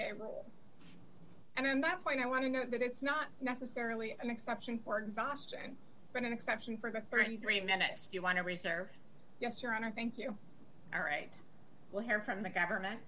day rule and on that point i want to know that it's not necessarily an exception for exhaustion but an exception for thirty three minutes if you want to raise or yes your honor thank you all right we'll hear from the government